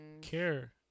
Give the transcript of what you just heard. care